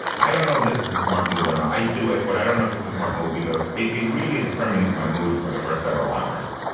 i don't know if this is a smart move or not. i do it but i don't know if it's a smart move because it it really determines my mood for the first several hours